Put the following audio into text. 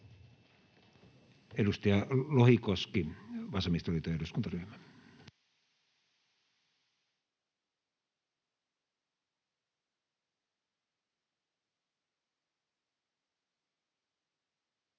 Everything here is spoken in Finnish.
Edustaja Lohikoski, vasemmistoliiton eduskuntaryhmä.